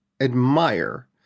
admire